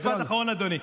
משפט אחרון, אדוני.